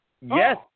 Yes